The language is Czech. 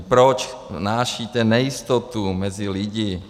Proč vnášíte nejistotu mezi lidi?